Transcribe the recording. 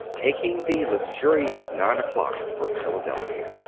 taking the luxurious nine o'clock for philadelphia.